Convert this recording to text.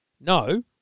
no